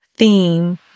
theme